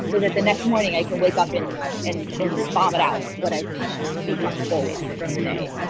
so that the next morning i can wake up in and and vomit out what i've become full with from the day.